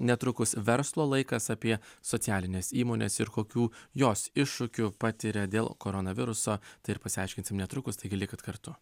netrukus verslo laikas apie socialines įmones ir kokių jos iššūkių patiria dėl koronaviruso tai ir pasiaiškinsim netrukus taigi likit kartu